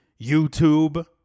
YouTube